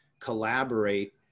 collaborate